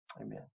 Amen